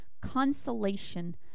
consolation